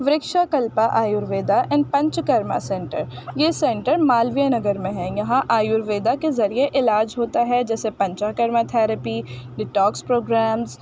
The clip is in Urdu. ورکشاکلپا آیورویدا اینڈ پنچکرما سینٹر یہ سینٹر مالویا نگر میں ہے یہاں آیورویدا کے ذریعے علاج ہوتا ہے جیسے پنچاکرما تھیرپی ڈیٹاکس پروگرامس